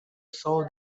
saw